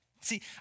See